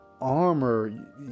Armor